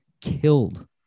killed